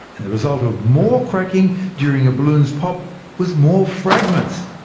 and the result of more cracking during a balloon's pop was more fragments!